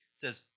says